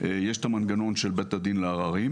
יש את המנגנון של בית הדין לעררים.